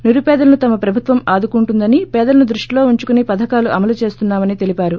నిరుపేదలను తమ ప్రభుత్వం నుండి ఆదుకుంటుందని పేదలను దృష్టిలో ఉంచుకుని పథకాలు అమలు చేస్తున్నా మని తెలిపారు